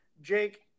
Jake